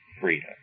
freedom